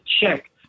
check